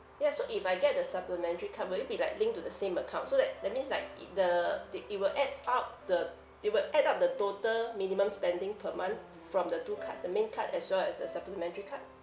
ya so if I get the supplementary card will it be like linked to the same account so that that means like it the the it will add up the they will add up the total minimum spending per month f~ from the two cards the main card as well as the supplementary card